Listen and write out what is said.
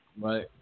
Right